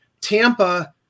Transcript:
Tampa